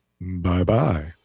bye-bye